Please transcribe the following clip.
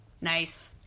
nice